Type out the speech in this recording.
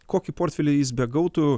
kokį portfelį jis begautų